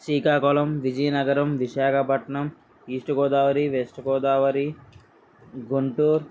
Srikakulam Vizianagaram Visakhapatnam east Godavari west Godavari Guntur